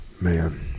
man